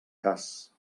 cas